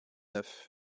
neuf